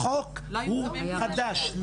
החוק הוא חדש.